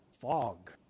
fog